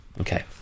Okay